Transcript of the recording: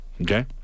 Okay